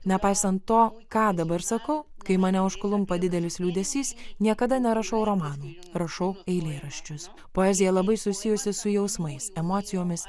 nepaisant to ką dabar sakau kai mane užklumpa didelis liūdesys niekada nerašau romanų rašau eilėraščius poezija labai susijusi su jausmais emocijomis